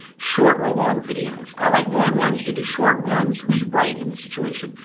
short or long videos? i like long ones, you do short ones. who's right in this situation?